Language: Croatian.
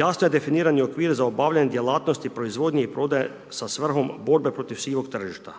Jasno je definiran i okvir za obavljanje djelatnosti, proizvodnje i prodaje sa svrhom borbe protiv sivog tržišta.